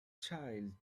child